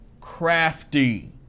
crafty